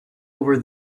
over